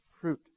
fruit